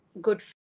good